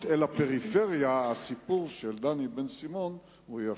אל הפריפריה הסיפור של דני בן-סימון יפה.